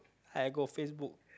I go Facebook